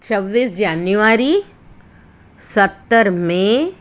છવ્વીસ જાન્યુવારી સત્તર મે